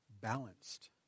balanced